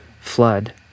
flood